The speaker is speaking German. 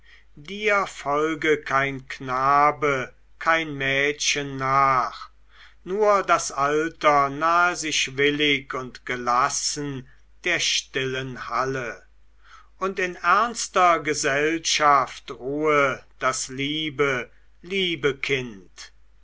dir folge kein knabe kein mädchen nach nur das alter nahe sich willig und gelassen der stillen halle und in ernster gesellschaft ruhe das liebe liebe kind